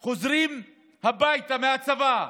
הם חוזרים מהצבא הביתה,